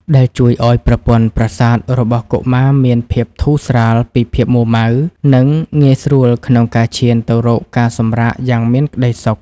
ដែលជួយឱ្យប្រព័ន្ធប្រសាទរបស់កុមារមានភាពធូរស្រាលពីភាពមួរម៉ៅ និងងាយស្រួលក្នុងការឈានទៅរកការសម្រាកយ៉ាងមានក្ដីសុខ។